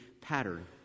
pattern